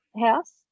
house